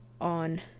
on